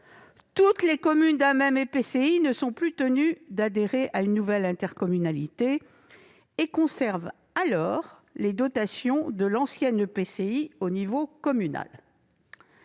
toutes les communes d'un même EPCI ne sont plus tenues d'adhérer à une nouvelle intercommunalité ; elles conservent alors les dotations de l'ancien EPCI au niveau communal.